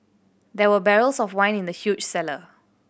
there were barrels of wine in the huge cellar